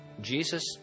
Jesus